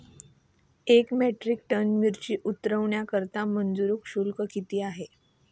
एक metric ton मिरची उतरवण्याकरता मजुर शुल्क किती आहे?